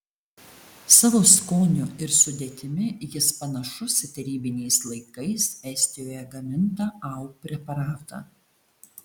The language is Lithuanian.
savo skoniu ir sudėtimi jis panašus į tarybiniais laikais estijoje gamintą au preparatą